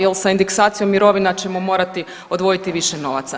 Jer sa indeksacijom mirovina ćemo morati odvojiti više novaca.